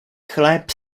chléb